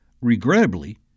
Regrettably